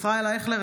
אייכלר,